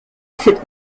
cette